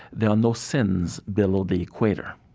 there are no sins below the equator.